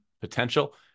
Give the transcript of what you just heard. potential